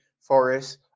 forests